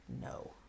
no